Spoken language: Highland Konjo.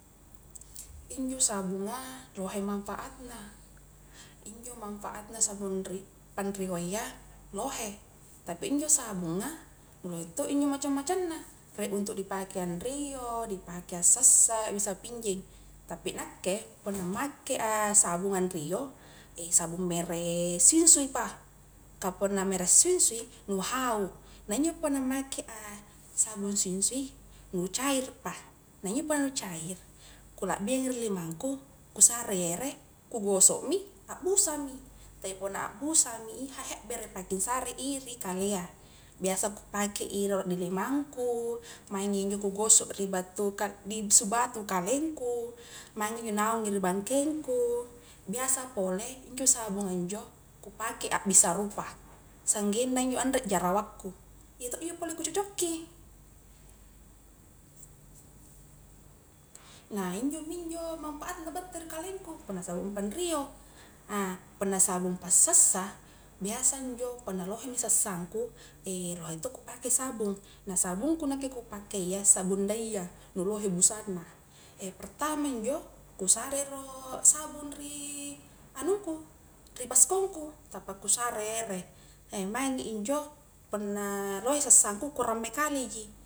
Injo sabunga lohe manfaatna, injo mafaatna sabung ri anrioa iya lohe, tapi injo sabunga lohe to injo macam-macamna, rie untuk dipake anrio, dipake asassa, bissa pinjeng, tapi nakke punna makea sabung anrio, sabung merek sinsuipa, kah punna merek sinsui nu hau, nah injo punna make a saung sinsui nu cairpa, nah iya punna nu cair kulabbiangi ri limangku, kusarei ere, kugosokmi, abbusami, tapi punna abbusami iha hebbere paki sarei ri kalaea, biasa kupake i rolo di limangku, maingi injo kugosok ri battu ka sibatu kalengku, maingi injo naung ri bangkengku, biasa pole injo sabunga injo kupake abissa rupa, sanggengna injo anre jerawakku, iya to ji injo pole kucocokki, nah injomi injo manfaatna battua ri kalengku, punna sabung panrio, ah punna sabung passasa, biasa injo punna lohemi sassangku, lohe to kupake sabung, nah sabungku nakke kupakea, sabun daia, nu lohe busanna, pertma njo kusare ro sabung ri anungku, ri baskongku tappa kusare ere, maingi injo punna lohe sassangku ku ramme kaleji.